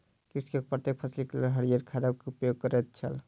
कृषक प्रत्येक फसिलक लेल हरियर खादक उपयोग करैत छल